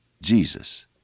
Jesus